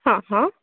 हा हा